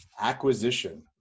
acquisition